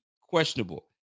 Questionable